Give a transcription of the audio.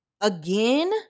Again